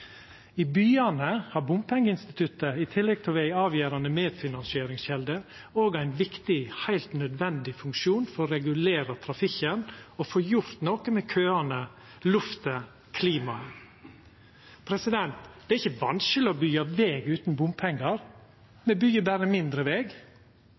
I byane har bompengeinstituttet – i tillegg til å vera ei avgjerande medfinansieringskjelde – òg ein viktig og heilt nødvendig funksjon for å regulera trafikken og få gjort noko med køane, lufta og klimaet. Det er ikkje vanskeleg å byggja veg utan bompengar;